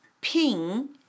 Ping